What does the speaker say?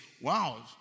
wow